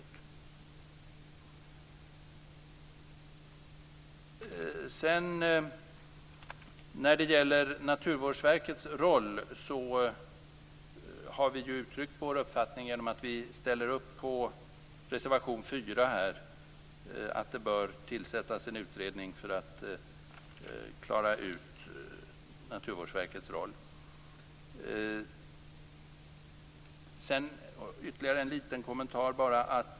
Vi i Folkpartiet har uttryckt vår uppfattning om Naturvårdsverkets roll genom att vi ställer oss bakom reservation 4 om att det bör tillsättas en utredning för att klara ut den. Jag har ytterligare en liten kommentar.